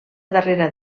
darrera